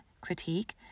critique